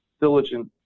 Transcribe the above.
diligent